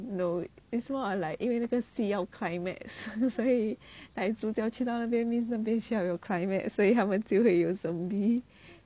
no it's more of like 因为那个戏要 climax 所以 like 主角去到那边 means 那边需要有 climax 所以他们就会有 zombie